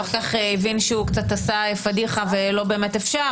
אחר כך הבין שהוא קצת עשה פדיחה ולא באמת אפשר,